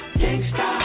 gangsta